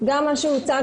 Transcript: גם מה שהוצג,